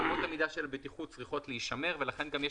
אמות המידה של הבטיחות צריכות להישמר ולכן גם יש